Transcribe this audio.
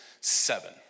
seven